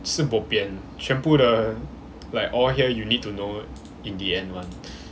是 bo pian 全部的 like all here you need to know in the end [one]